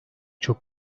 çok